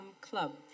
Club